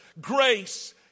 Grace